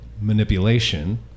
manipulation